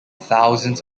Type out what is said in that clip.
thousands